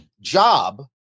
job